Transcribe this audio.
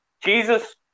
Jesus